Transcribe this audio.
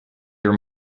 your